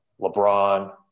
LeBron